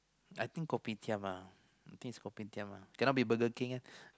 I think kopitiam lah I think is kopitiam uh cannot be Burger-King